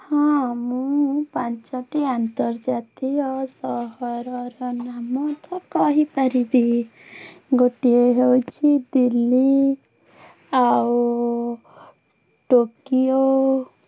ହଁ ମୁଁ ପାଞ୍ଚଟି ଆନ୍ତର୍ଜାତୀୟ ସହରର ନାମ ତ କହିପାରିବି ଗୋଟିଏ ହେଉଛି ଦିଲ୍ଲୀ ଆଉ ଟୋକିଓ